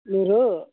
మీరు